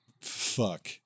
Fuck